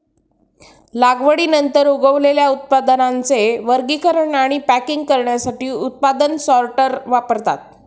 लागवडीनंतर उगवलेल्या उत्पादनांचे वर्गीकरण आणि पॅकिंग करण्यासाठी उत्पादन सॉर्टर वापरतात